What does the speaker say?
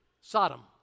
Sodom